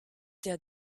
der